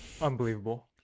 Unbelievable